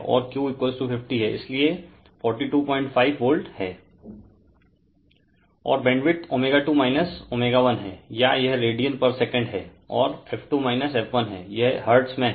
Refer Slide Time 0358 और bandwidth ω2 ω1 हैं या यह रेडियन पर सेकंड हैं और f2 f1 है यह हर्ट्ज में है